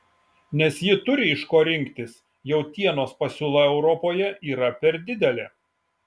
nes ji turi iš ko rinktis jautienos pasiūla europoje yra per didelė